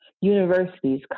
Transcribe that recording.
universities